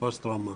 בפוסט טראומה.